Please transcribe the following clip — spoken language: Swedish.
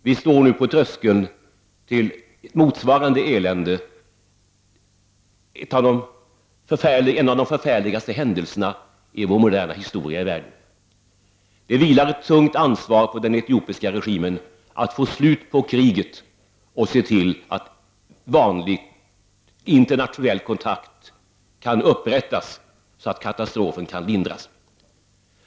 Vi står nu på tröskeln till motsvarande elände, en av de förfärligaste händelserna i vår moderna historia i världen. Det vilar ett tungt ansvar på den etiopiska regimen att få slut på kriget och se till att vanlig internationell kontakt kan upprättas, så att katastrofen kan lindras.